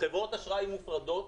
חברות אשראי מופרדות.